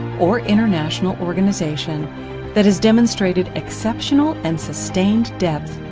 or international organization that is demonstrated exceptional, and sustained depth,